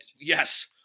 Yes